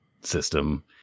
system